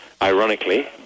Ironically